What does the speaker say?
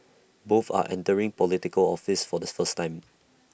both are entering Political office for the first time